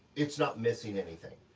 it's not missing anything.